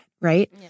Right